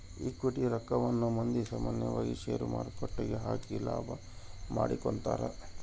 equity ರಕ್ಕವನ್ನ ಮಂದಿ ಸಾಮಾನ್ಯವಾಗಿ ಷೇರುಮಾರುಕಟ್ಟೆಗ ಹಾಕಿ ಲಾಭ ಮಾಡಿಕೊಂತರ